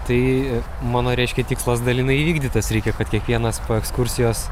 tai mano reiškia tikslas dalinai įvykdytas reikia kad kiekvienas po ekskursijos